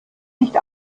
nicht